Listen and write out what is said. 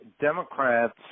Democrats